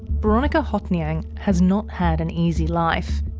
boronika hothnyang has not had an easy life.